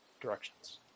directions